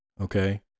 okay